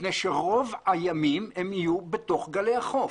מפני שרוב הימים יהיו בתוך גלי החוף.